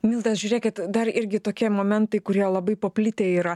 milda žiūrėkit dar irgi tokie momentai kurie labai paplitę yra